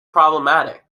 problematic